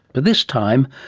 but this time,